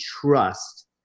trust